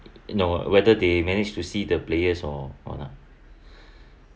no whether they managed to see the players or or not